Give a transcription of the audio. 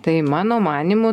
tai mano manymu